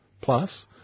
Plus